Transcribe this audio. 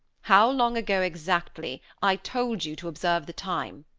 how long ago, exactly? i told you to observe the time.